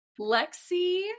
Lexi